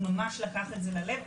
ממש לקח את זה ללב.